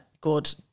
Good